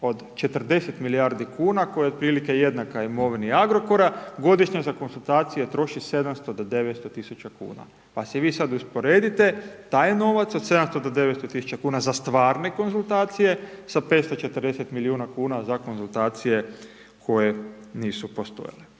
od 40 milijardi kuna, koja je otprilike jednaka imovini Agrokora, godišnje za konzultacije troši 700-900 tisuća kuna. Pa si vi sada usporedite taj novac od 700-900 tisuća kuna za stvarne konzultacije sa 540 milijuna kuna za konzultacije koje nisu postojale.